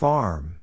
Farm